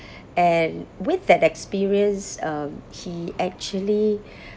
and with that experience uh he actually